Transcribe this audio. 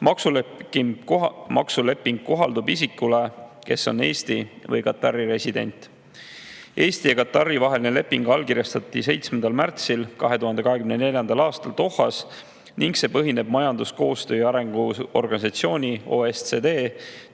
Maksuleping kohaldub isikule, kes on Eesti või Katari resident. Eesti ja Katari vaheline leping allkirjastati 7. märtsil 2024. aastal Dohas ning see põhineb Majandusliku Koostöö ja Arengu Organisatsiooni ehk OECD